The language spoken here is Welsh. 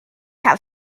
cael